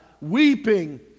weeping